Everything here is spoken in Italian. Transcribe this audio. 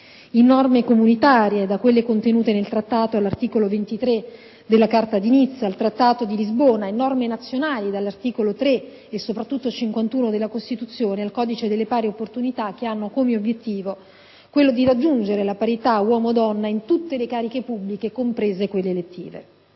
norme comunitarie (da quelle contenute all'articolo 23 della Carta di Nizza al Trattato di Lisbona), norme nazionali (dagli articoli 3 e, soprattutto, 51 della Costituzione al codice delle pari opportunità), che hanno come obiettivo quello di raggiungere la parità uomo-donna in tutte le cariche pubbliche, comprese quelle elettive.